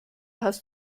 hast